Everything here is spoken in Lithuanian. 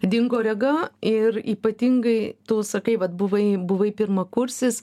dingo rega ir ypatingai tu sakai vat buvai buvai pirmakursis